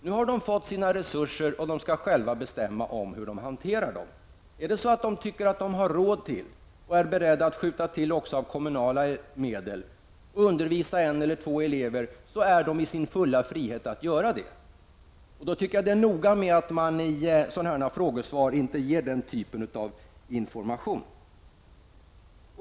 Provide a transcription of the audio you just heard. Nu har de fått sina resurser, och de skall själva bestämma hur de vill hantera dem. Om de anser sig ha råd, och även är beredda att skjuta till av kommunala medel, att undervisa en eller två elever, har de sin fulla frihet att göra det. Jag anser att ett statsråd i ett frågesvar skall vara noga med att inte ge den typen av information.